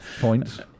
points